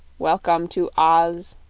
wel-come to oz,